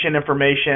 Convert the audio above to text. information